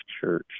church